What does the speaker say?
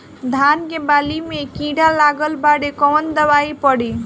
धान के बाली में कीड़ा लगल बाड़े कवन दवाई पड़ी?